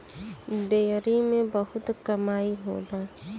dairy में बहुत कमाई होला